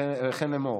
וכן למר.